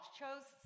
chose